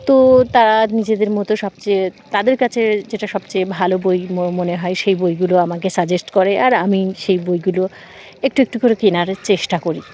তো তারা নিজেদের মতো সবচেয়ে তাদের কাছে যেটা সবচেয়ে ভালো বই মনে হয় সেই বইগুলো আমাকে সাজেস্ট করে আর আমি সেই বইগুলো একটু একটু করে কেনার চেষ্টা করি